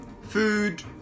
food